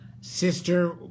sister